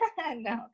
No